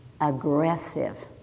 aggressive